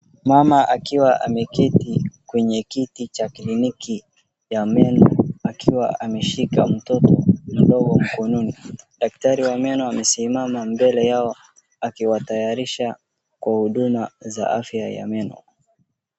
Mama akiwa ameketi kwenye kiti cha kliniki ya meno, akiwa ameshika mtoto mdogo mkononi. Daktari wa meno amesimama mbele yao akiwatayarisha kwa huduma za afya ya meno.